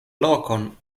lokon